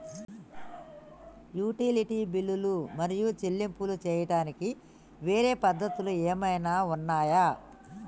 Utility బిల్లులు మరియు చెల్లింపులు చేయడానికి వేరే పద్ధతులు ఏమైనా ఉన్నాయా?